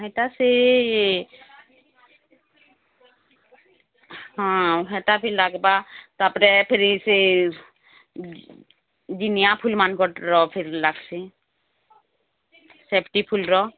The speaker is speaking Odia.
ହେଟା ସିଏ ହଁ ହେଟା ବି ଲାଗବା ତା'ପରେ ଫିର ସେ ଜିନିଆ ଫୁଲ ସେପ୍ଟି ଫୁଲର